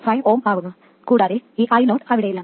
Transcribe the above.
5 Ωആകുന്നു കൂടാതെ ഈ I0 അവിടെയില്ല